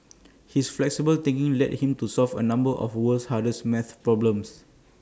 his flexible thinking led him to solve A number of the world's hardest math problems